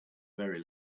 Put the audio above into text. very